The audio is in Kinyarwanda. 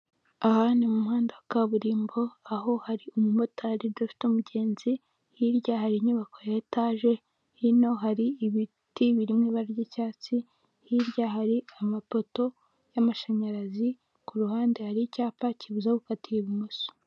Aha ni mu muhanda wa kaburimbo, aho hari umumotari udafite umugenzi, hirya hari inyubako ya etaje, hino hari ibiti biri mu ibara ry'icyatsi, hirya hari amapoto y'amashanyarazi, ku ruhande hari icyapa kibuza gukatira ibumoso.